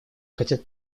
хотят